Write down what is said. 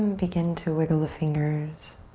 begin to wiggle the fingers,